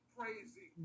Crazy